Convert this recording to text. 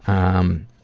um,